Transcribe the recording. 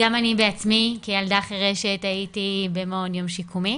גם אני בעצמי כילדה חירשת הייתי במעון יום שיקומי,